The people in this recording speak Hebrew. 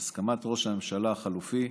בהסכמת ראש הממשלה החליפי,